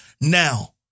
Now